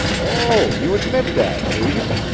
oh, you admit that, do you?